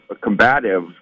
combative